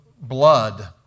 blood